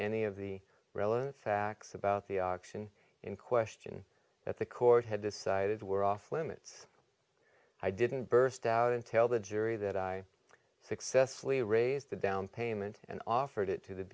any of the relevant facts about the auction in question that the court had decided were off limits i didn't burst out and tell the jury that i successfully raised the down payment and offered it to the